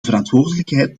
verantwoordelijkheid